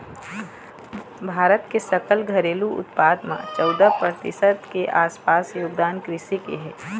भारत के सकल घरेलू उत्पाद म चउदा परतिसत के आसपास योगदान कृषि के हे